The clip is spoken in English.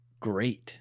great